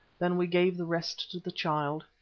then we gave the rest to the child.